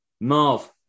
Marv